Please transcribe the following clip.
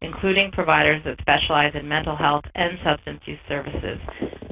including providers that specialize in mental health and substance use services